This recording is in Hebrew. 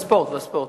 והספורט.